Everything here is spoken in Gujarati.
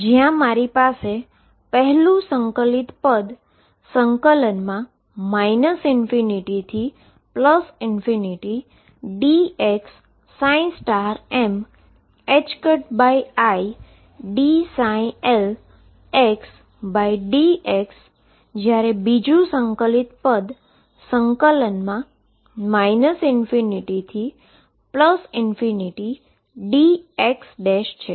જ્યાં મારી પાસે પહેલુ ઈન્ટીગ્રેશન પદ ∞dx midldxબીજું ઈન્ટીગ્રેશન પદ ∞dx છે